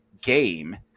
game